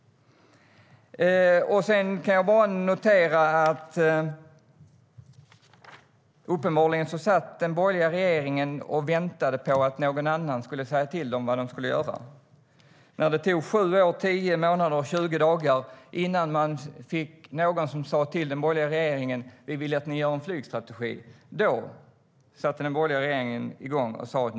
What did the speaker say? Jag kan notera att den borgerliga regeringen uppenbarligen satt och väntade på att någon annan skulle säga till den vad den skulle göra. Det tog 7 år, 10 månader och 20 dagar innan någon sa till den borgerliga regeringen att man ville att den skulle göra en flygstrategi. Då sa den borgerliga regeringen att man skulle ha en flygstrategi.